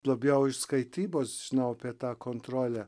labiau iš skaitybos žinau apie tą kontrolę